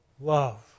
love